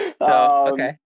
okay